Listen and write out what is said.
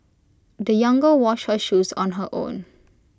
the young girl washed her shoes on her own